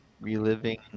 reliving